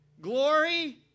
Glory